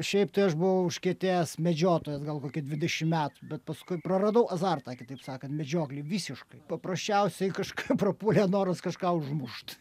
šiaip tai aš buvau užkietėjęs medžiotojas gal kokią dvidešimt metų bet paskui praradau azartą kitaip sakant medžioklei visiškai paprasčiausiai kažkaip prapuolė noras kažką užmušt